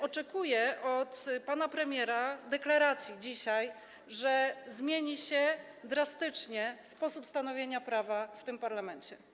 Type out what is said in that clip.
Oczekuję dzisiaj od pana premiera deklaracji, że zmieni się drastycznie sposób stanowienia prawa w tym parlamencie.